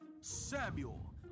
Samuel